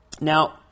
Now